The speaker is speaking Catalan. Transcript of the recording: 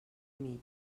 mig